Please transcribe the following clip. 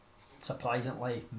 surprisingly